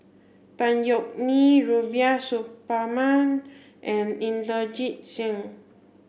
Tan Yeok Nee Rubiah Suparman and Inderjit Singh